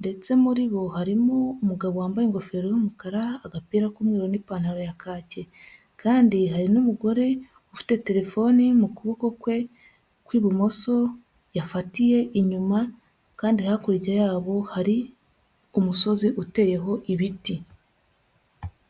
ndetse muri bo harimo umugabo wambaye ingofero y'umukara, agapira k'umweru n'ipantaro ya kake kandi hari n'umugore ufite telefone mu kuboko kwe kw'ibumoso yafatiye inyuma kandi hakurya yabo hari umusozi uteyeho ibiti.